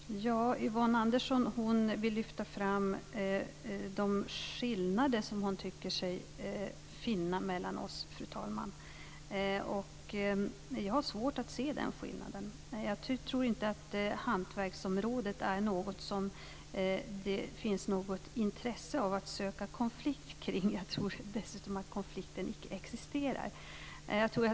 Fru talman! Yvonne Andersson vill lyfta fram de skillnader som hon tycker sig finna mellan oss. Jag har svårt att se den skillnaden. Jag tror inte att hantverksområdet är något som det finns intresse av att söka konflikt kring. Jag tror dessutom att konflikten icke existerar.